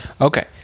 Okay